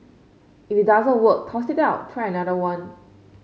if it doesn't work toss it out try another one